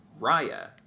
Raya